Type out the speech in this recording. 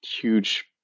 huge